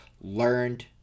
learned